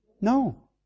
No